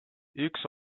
üks